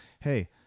hey